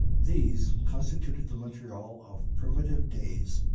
these constituted the montreal of primitive days.